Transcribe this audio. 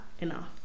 enough